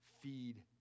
feed